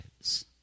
lives